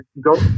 go